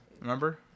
remember